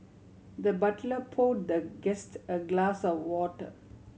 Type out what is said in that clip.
the butler pour the guest a glass of water